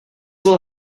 will